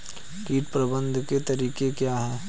कीट प्रबंधन के तरीके क्या हैं?